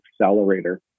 accelerator